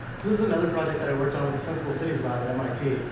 this is another project that i worked on with the sensible cities lab at mit.